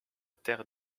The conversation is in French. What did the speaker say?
terre